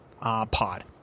pod